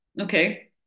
okay